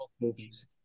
movies